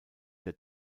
der